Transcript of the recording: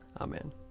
Amen